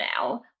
now